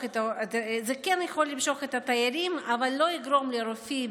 זה כן יכול למשוך את התיירים אבל לא יגרום לרופאים,